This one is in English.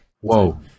whoa